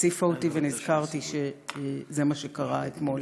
הציפה אותי ונזכרתי שזה מה שקרה אתמול,